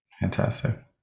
Fantastic